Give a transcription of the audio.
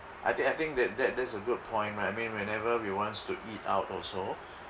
I think I think that that that's a good point where I mean whenever we wants to eat out also